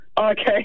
okay